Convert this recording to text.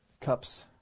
cups